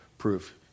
Proof